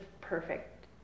perfect